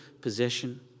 possession